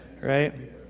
right